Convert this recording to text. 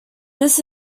this